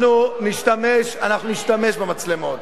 אנחנו נשתמש במצלמות.